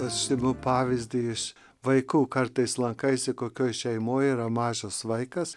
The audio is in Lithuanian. aš imu pavyzdį iš vaikų kartais lankaisi kokioj šeimoj yra mažas vaikas